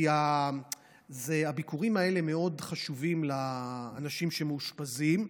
כי הביקורים האלה מאוד חשובים לאנשים שמאושפזים,